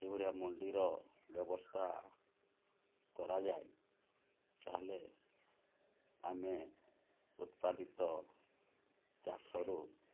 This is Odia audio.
ଏହି ଭଳିଆ ମଣ୍ଡିର ବ୍ୟବସ୍ଥା କରାଯାଏ ତାହେଲେ ଆମେ ଉତ୍ପାଦିତ ଚାଷରୁ